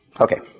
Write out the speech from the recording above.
Okay